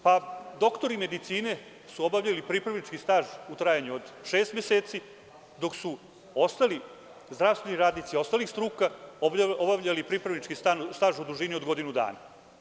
Pa, doktori medicine su obavljali pripravnički staž u trajanju od šest meseci, dok su ostali zdravstveni radnici ostalih struka obavljali pripravnički staž u dužini od godinu dana.